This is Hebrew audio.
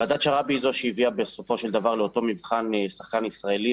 ועדת שרעבי היא זו שהביאה בסופו של דבר לאותו מבחן שחקן ישראלי,